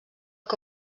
que